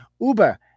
Uber